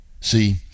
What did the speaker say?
See